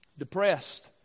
Depressed